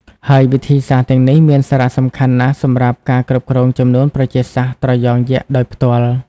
ហើយវិធីសាស្ត្រទាំងនេះមានសារៈសំខាន់ណាស់សម្រាប់ការគ្រប់គ្រងចំនួនប្រជាសាស្ត្រត្រយងយក្សដោយផ្ទាល់។